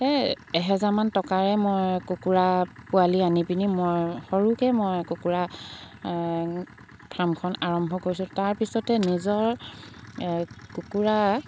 এহেজাৰমান টকাৰে মই কুকুৰা পোৱালি আনি পিনি মই সৰুকৈ মই কুকুৰা ফাৰ্মখন আৰম্ভ কৰিছোঁ তাৰপিছতে নিজৰ কুকুৰা